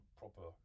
proper